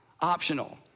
optional